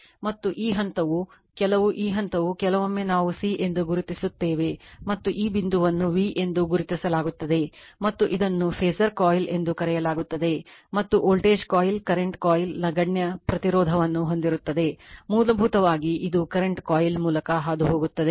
ಮತ್ತು ಈ ಹಂತವು ಕೆಲವು ಈ ಹಂತವು ಕೆಲವೊಮ್ಮೆ ನಾವು c ಎಂದು ಗುರುತಿಸುತ್ತೇವೆ ಮತ್ತು ಈ ಬಿಂದುವನ್ನು v ಎಂದು ಗುರುತಿಸುತ್ತದೆ ಮತ್ತು ಇದನ್ನು ಫಾಸರ್ ಕಾಯಿಲ್ ಎಂದು ಕರೆಯಲಾಗುತ್ತದೆ ಮತ್ತು ವೋಲ್ಟೇಜ್ ಕಾಯಿಲ್ ಕರೆಂಟ್ ಕಾಯಿಲ್ ನಗಣ್ಯ ಪ್ರತಿರೋಧವನ್ನು ಹೊಂದಿರುತ್ತದೆ ಮೂಲಭೂತವಾಗಿ ಇದು ಕರೆಂಟ್ ಕಾಯಿಲ್ ಮೂಲಕ ಹಾದುಹೋಗುತ್ತದೆ